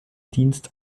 dienst